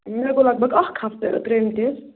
مےٚ گوٚو لَگ بَگ اَکھ ہَفتہٕ ترٛٲومٕتِس